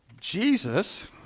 Jesus